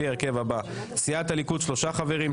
ההרכב הבא: סיעת הליכוד שלושה חברים,